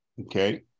okay